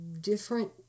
different